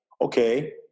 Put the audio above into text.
okay